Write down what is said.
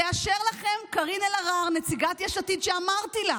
תאשר לכם קארין אלהרר, נציגת יש עתיד, שאמרתי לה: